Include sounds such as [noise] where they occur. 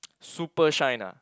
[noise] super shine ah